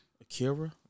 Akira